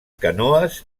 canoes